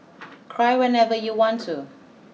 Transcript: cry whenever you want to